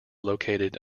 located